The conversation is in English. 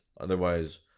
Otherwise